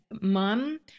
mom